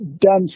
done